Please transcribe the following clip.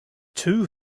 two